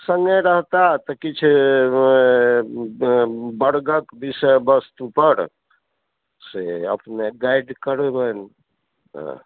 सङ्गे रहता तऽ किछु तऽ वर्गक विषय वस्तु पर से अपने गाइड करबनि